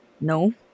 No